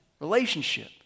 Relationship